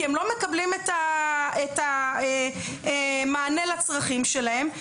כי הם לא מקבלים מענה לצרכים שלהם.